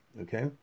Okay